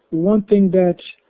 one thing that